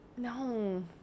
No